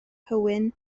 hywyn